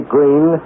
Green